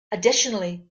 additionally